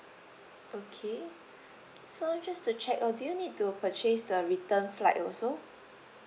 okay so just to check orh do you need to purchase the return flight also